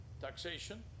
taxation